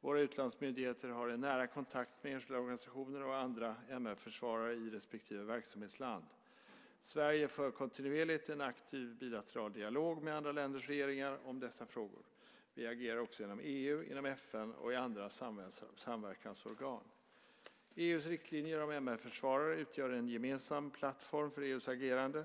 Våra utlandsmyndigheter har en nära kontakt med enskilda organisationer och andra MR-försvarare i respektive verksamhetsland. Sverige för kontinuerligt en aktiv bilateral dialog med andra länders regeringar om dessa frågor. Vi agerar också inom EU, inom FN och i andra samverkansorgan. EU:s riktlinjer om MR-försvarare utgör en gemensam plattform för EU:s agerande.